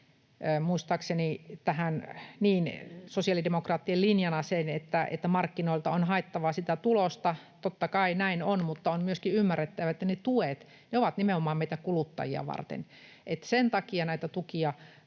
muistaakseni vielä esille sosiaalidemokraattien linjana sen, että markkinoilta on haettava sitä tulosta. Totta kai näin on. Mutta on myöskin ymmärrettävä, että ne tuet ovat nimenomaan meitä kuluttajia varten: sen takia näitä tukia